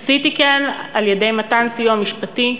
עשיתי כן על-ידי מתן סיוע משפטי,